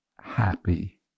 happy